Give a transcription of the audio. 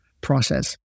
process